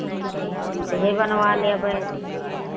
तुन्तेहे बनवा लेबय